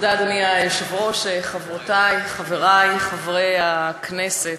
אדוני היושב-ראש, חברותי, חברי, חברי הכנסת,